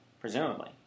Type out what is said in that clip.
presumably